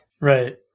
Right